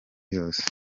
yose